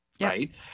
right